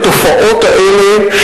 התופעות האלה,